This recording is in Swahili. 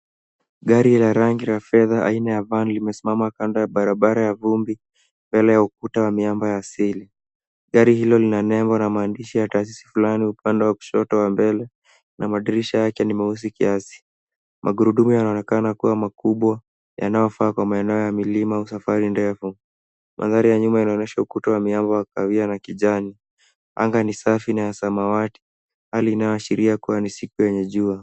Gari la rangi ya fedha aina ya vani limesimama kando ya barabara ya vumbi, mbele ya ukuta wa miamba asili. Gari hilo lina nembo na maandishi ya taasisi fulani upande wa kushoto wa mbele, na madirisha yake ni meusi kiasi. Magurudumu yanaonekana kuwa makubwa yanayofaa kwa maeneo ya milima au safari ndefu. Mandhari ya nyuma yanaonyesha ukuta wa miamba wa kahawia na kijani. Anga ni safi na ya samawati hali inayoashiria kuwa ni siku yenye jua.